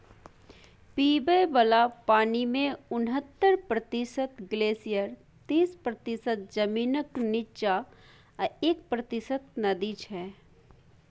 पीबय बला पानिमे उनहत्तर प्रतिशत ग्लेसियर तीस प्रतिशत जमीनक नीच्चाँ आ एक प्रतिशत नदी छै